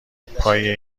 پای